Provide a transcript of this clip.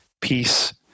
peace